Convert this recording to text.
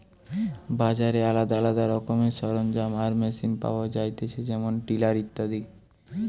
বাজারে আলদা রকমের সরঞ্জাম আর মেশিন পাওয়া যায়তিছে যেমন টিলার ইত্যাদি